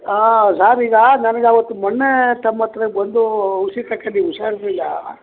ಹಾಂ ಸರ್ ಈಗ ನನ್ಗೆ ಅವತ್ತು ಮೊನ್ನೆ ತಮ್ಮ ಹತ್ರ ಬಂದು ಔಷ್ಧಿ ತಕಂಡೆ ಹುಷಾರು ಇರಲಿಲ್ಲ